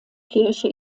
kirche